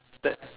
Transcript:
that's